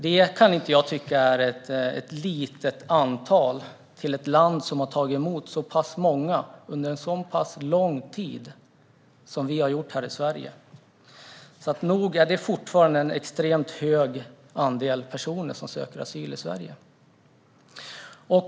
Det kan jag inte tycka är ett litet antal till ett land som har tagit emot så pass många under en så lång tid. Nog är det fortfarande en extremt hög andel personer som söker asyl i Sverige.